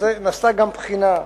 נעשתה גם בחינה,